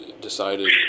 decided